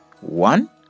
one